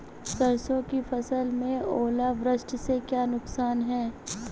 सरसों की फसल में ओलावृष्टि से क्या नुकसान है?